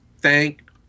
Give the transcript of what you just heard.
thank